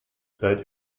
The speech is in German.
seid